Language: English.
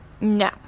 No